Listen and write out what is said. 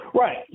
Right